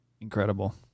Incredible